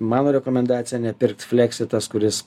mano rekomendacija nepirkt fleksi tas kuris